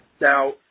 Now